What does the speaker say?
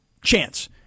chance